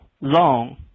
long